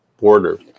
border